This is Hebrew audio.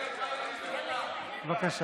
ככה